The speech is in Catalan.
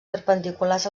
perpendiculars